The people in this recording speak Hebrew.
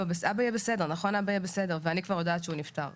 אבא יהיה בסדר, נכון?" ואני כבר יודעת שהוא נפטר.